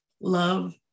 love